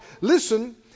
Listen